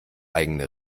eigene